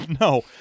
No